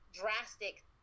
drastic